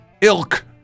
ilk